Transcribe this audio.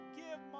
give